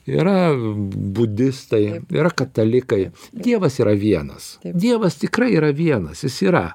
yra budistai yra katalikai dievas yra vienas dievas tikrai yra vienas jis yra